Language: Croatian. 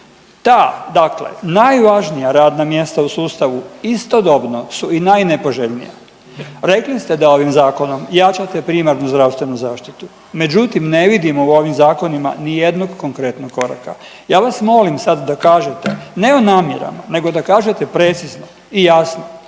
Ta dakle najvažnija radna mjesta u sustavu istodobno su i najnepoželjnija. Rekli ste da ovim zakonom jačate primarnu zdravstvenu zaštitu međutim ne vidimo u ovom zakonima ni jednog konkretnog koraka. Ja vas molim sad da kažete ne o namjerama nego da kažete precizno i jasno